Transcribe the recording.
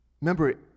Remember